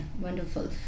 Wonderful